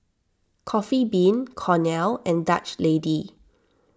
Coffee Bean Cornell and Dutch Lady